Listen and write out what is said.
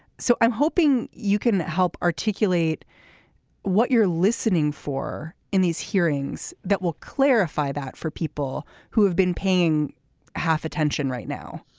so i'm hoping you can help articulate what you're listening for in these hearings that will clarify that for people who have been paying half attention right now